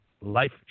Life